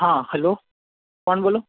હા હલો કોણ બોલો